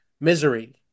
misery